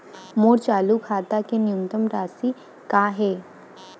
मोर चालू खाता के न्यूनतम राशि का हे?